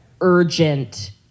urgent